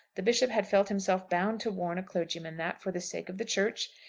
the bishop had felt himself bound to warn a clergyman that, for the sake of the church,